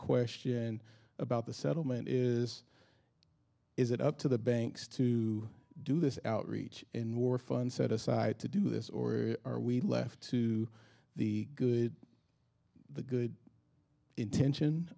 question about the settlement is is it up to the banks to do this outreach and war funds set aside to do this or are we left to the good the good intention